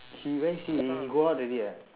he where is he he go out already ah